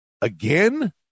again